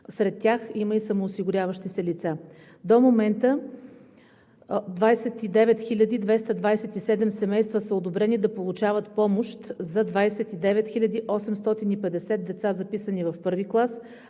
Сред тях има и самоосигуряващи се лица. До момента 29 227 семейства са одобрени да получават помощ за 29 850 деца, записани в първи клас,